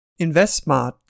InvestSmart